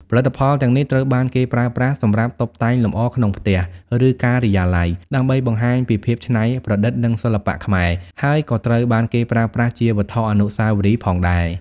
ផលិតផលទាំងនេះត្រូវបានគេប្រើប្រាស់សម្រាប់តុបតែងលម្អក្នុងផ្ទះ ឬការិយាល័យ ដើម្បីបង្ហាញពីភាពច្នៃប្រឌិត និងសិល្បៈខ្មែរ ហើយក៏ត្រូវបានគេប្រើប្រាស់ជាវត្ថុអនុស្សាវរីយ៍ផងដែរ។